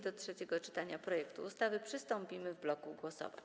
Do trzeciego czytania projektu ustawy przystąpimy w bloku głosowań.